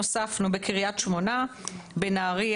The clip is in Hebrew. הוספנו בקריית שמונה ,בנהריה,